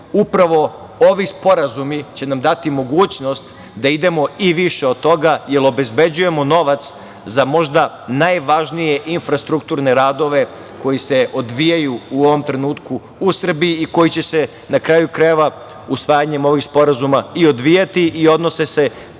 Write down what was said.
upravo ovi sporazumi će nam dati mogućnost da idemo i više od toga, jer obezbeđujemo novac za možda najvažnije infrastrukturne radove koji se odvijaju u ovom trenutku u Srbiji i koji će se, na karaju krajeva, usvajanjem ovih sporazuma i odvijati i odnose se,